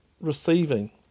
receiving